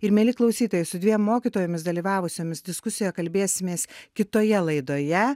ir mieli klausytojai su dviem mokytojomis dalyvavusiomis diskusijoje kalbėsimės kitoje laidoje